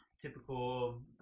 typical